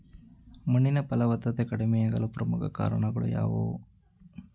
ಮಣ್ಣಿನ ಫಲವತ್ತತೆ ಕಡಿಮೆಯಾಗಲು ಪ್ರಮುಖ ಕಾರಣಗಳು ಯಾವುವು?